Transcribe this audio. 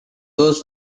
those